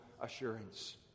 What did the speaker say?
assurance